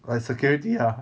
like security ah